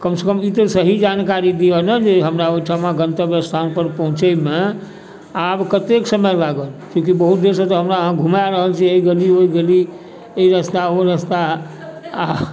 कमसँ कम ई तऽ सही जानकारी दिअ ने जे हमरा ओइठमा गन्तव्य स्थान पर पहुँचैमे आब कतेक समय लागत चुँकि बहुत देरसँ तऽ हमरा अहाँ घुमाए रहल छी एहि गली ओहि गली एहि रस्ता ओहि रस्ता आ